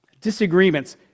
disagreements